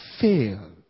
fail